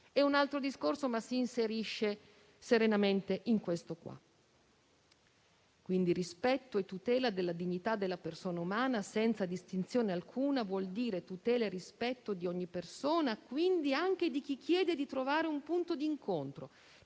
È un altro discorso, ma si inserisce serenamente in questo che stiamo trattando. Quindi, rispetto e tutela della dignità della persona umana senza distinzione alcuna vuol dire tutela e rispetto di ogni persona, quindi, anche di chi chiede di trovare un punto di incontro